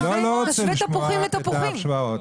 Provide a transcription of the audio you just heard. תשווה תפוחים לתפוחים.